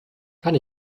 kann